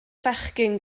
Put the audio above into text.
fechgyn